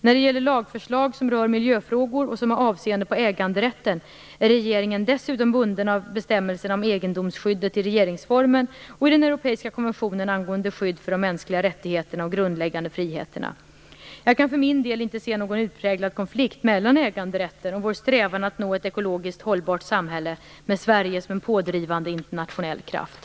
När det gäller lagförslag som rör miljöfrågor och som har avseende på äganderätten är regeringen dessutom bunden av bestämmelserna om egendomsskyddet i regeringsformen och i den europeiska konventionen angående skydd för de mänskliga rättigheterna och de grundläggande friheterna . Jag kan för min del inte se någon utpräglad konflikt mellan äganderätten och vår strävan att nå ett ekologiskt hållbart samhälle med Sverige som en pådrivande internationell kraft.